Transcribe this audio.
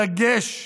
בדגש,